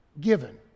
given